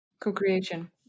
Co-creation